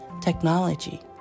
technology